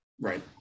right